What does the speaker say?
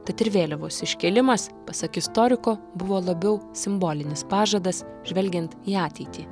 tad ir vėliavos iškėlimas pasak istoriko buvo labiau simbolinis pažadas žvelgiant į ateitį